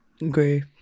Agree